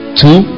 two